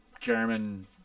German